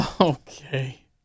Okay